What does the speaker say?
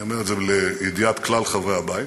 אני אומר את זה לידיעת כלל חברי הבית,